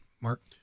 Mark